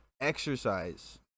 exercise